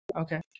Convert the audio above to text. Okay